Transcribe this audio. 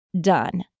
done